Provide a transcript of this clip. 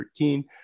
13